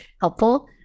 helpful